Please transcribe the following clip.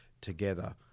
together